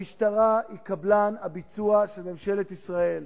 המשטרה היא קבלן הביצוע של ממשלת ישראל.